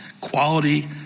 Quality